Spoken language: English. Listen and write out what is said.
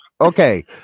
Okay